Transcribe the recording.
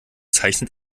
zeichnet